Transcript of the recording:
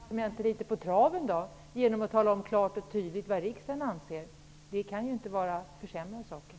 Herr talman! Varför inte hjälpa departementet litet på traven genom att klart och tydligt tala om vad riksdagen anser? Det kan ju inte försämra saken.